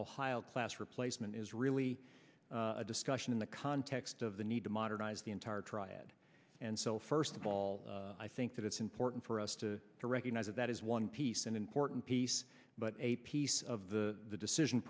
class replacement is really a discussion in the context of the need to modernize the entire triad and so first of all i think that it's important for us to recognize that that is one piece an important piece but a piece of the decision